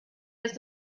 erst